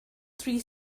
three